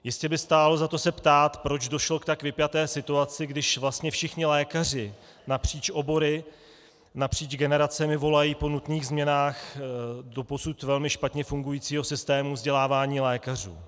Jistě by stálo za to se ptát, proč došlo k tak vypjaté situaci, když vlastně všichni lékaři napříč obory, napříč generacemi volají po nutných změnách doposud velmi špatně fungujícího systému vzdělávání lékařů.